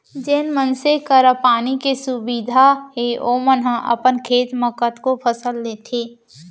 जेन मनसे करा पानी के सुबिधा हे ओमन ह अपन खेत म कतको फसल लेथें